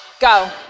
Go